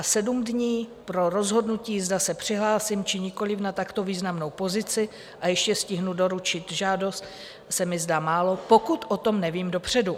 Sedm dní pro rozhodnutí, zda se přihlásím, či nikoliv na takto významnou pozici a ještě stihnu doručit žádost, se mi zdá málo, pokud o tom nevím dopředu.